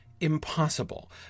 impossible